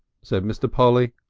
said mr. polly,